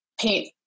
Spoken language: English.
paint